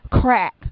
crack